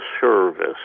service